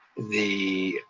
the,